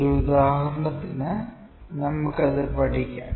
ഒരു ഉദാഹരണത്തിലൂടെ നമുക്ക് അത് പഠിക്കാം